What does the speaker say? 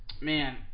man